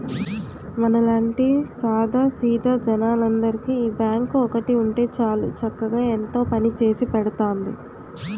మనలాంటి సాదా సీదా జనాలందరికీ ఈ బాంకు ఒక్కటి ఉంటే చాలు చక్కగా ఎంతో పనిచేసి పెడతాంది